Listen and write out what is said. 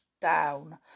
down